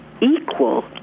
equal